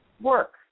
work